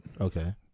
Okay